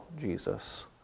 Jesus